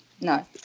no